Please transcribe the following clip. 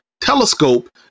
Telescope